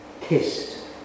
kissed